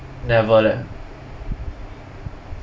never leh